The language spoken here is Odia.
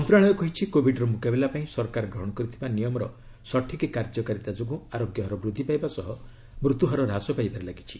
ମନ୍ତ୍ରଣାଳୟ କହିଛି କୋବିଡ୍ର ମ୍ରକାବିଲା ପାଇଁ ସରକାର ଗ୍ରହଣ କରିଥିବା ନିୟମର ସଠିକ୍ କାର୍ଯ୍ୟକାରିତା ଯୋଗୁଁ ଆରୋଗ୍ୟ ହାର ବୃଦ୍ଧି ପାଇବା ସହ ମୃତ୍ୟୁହାର ହ୍ରାସ ପାଇବାରେ ଲାଗିଛି